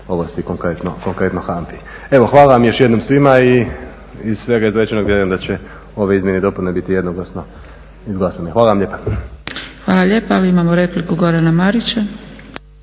ovlasti konkretno HANFA-i. Evo hvala vam još jednom svima i iz svega izrečenog vjerujem da će ove izmjene i dopune biti jednoglasno izglasane. Hvala vam lijepa. **Zgrebec, Dragica (SDP)** Hvala lijepa. Imamo repliku Gorana Marića.